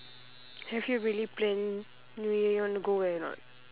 have you really planned new year you want to go where or not